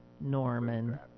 Norman